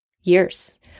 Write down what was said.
years